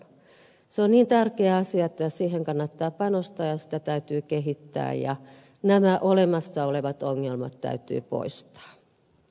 se on niin tärkeä asia että siihen kannattaa panostaa ja sitä täytyy kehittää ja nämä olemassa olevat ongelmat täytyy poistaa